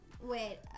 Wait